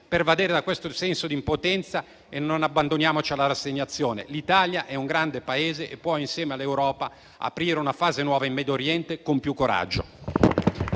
pervadere da questo senso di impotenza e non abbandoniamoci alla rassegnazione. L'Italia è un grande Paese e, insieme all'Europa, può aprire una fase nuova in Medio Oriente con più coraggio.